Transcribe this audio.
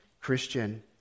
Christian